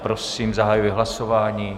Prosím, zahajuji hlasování.